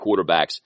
quarterbacks